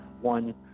one